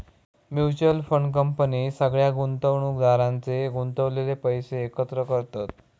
mutual fund company सगळ्या गुंतवणुकदारांचे गुंतवलेले पैशे एकत्र करतत